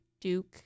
Duke